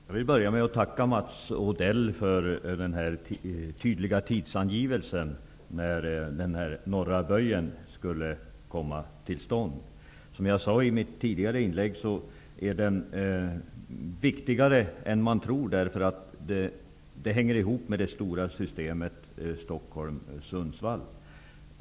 Herr talman! Jag vill börja med att tacka Mats Odell för den tydliga tidsangivelsen för när den norra böjen skall komma till stånd. Som jag sade i mitt tidigare inlägg är den viktigare än man tror. Den hänger ihop med det stora systemet för förbindelserna Stockholm--Sundsvall.